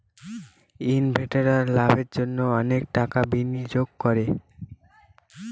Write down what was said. ইনভেস্টাররা লাভের জন্য অনেক টাকা বিনিয়োগ করে